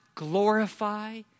Glorify